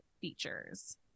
features